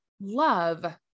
love